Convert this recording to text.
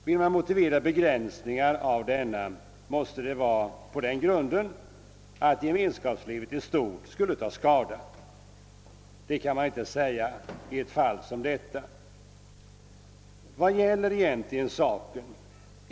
Vill man göra begränsningar av denna måste de motiveras med att gemenskapslivet i stort skulle ta skada. Det kan man inte säga i ett fall som detta. Vad gäller egentligen saken?